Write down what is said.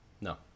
No